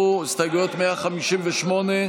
בעד, 40, נגד, 68,